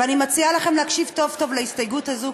אבל אני מציעה לכם להקשיב טוב-טוב להסתייגות הזאת,